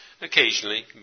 Occasionally